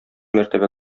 мәртәбә